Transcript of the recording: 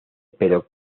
pero